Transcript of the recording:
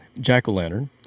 jack-o'-lantern